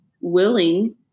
willing